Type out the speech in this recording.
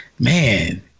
Man